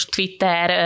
Twitter